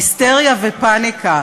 היסטריה ופניקה,